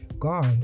god